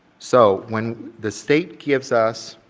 so when the state gives us